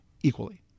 equally